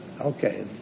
Okay